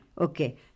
Okay